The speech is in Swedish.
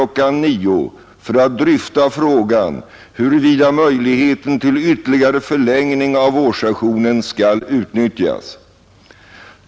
9.00 för att dryfta frågan huruvida möjligheten till ytterligare förlängning av vårsessionen skall utnyttjas.